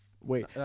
Wait